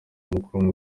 amakuru